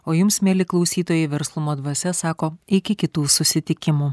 o jums mieli klausytojai verslumo dvasia sako iki kitų susitikimų